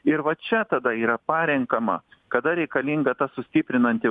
ir va čia tada yra parenkama kada reikalinga ta sustiprinanti